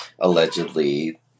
allegedly